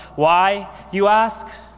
why, you ask?